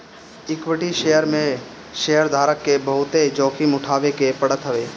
equity share में शेयरधारक के बहुते जोखिम उठावे के पड़त हवे